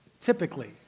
typically